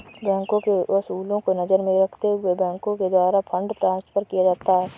बैंकों के उसूलों को नजर में रखते हुए बैंकों के द्वारा फंड ट्रांस्फर किया जाता है